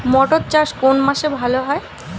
মটর চাষ কোন মাসে ভালো হয়?